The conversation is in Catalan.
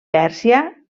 pèrsia